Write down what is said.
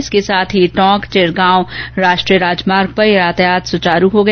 इसके साथ ही टोंक चिरगांव राष्ट्रीय राजमार्ग पर यातायात सुचारू हो गया